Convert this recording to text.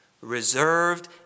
Reserved